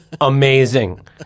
Amazing